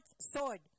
sword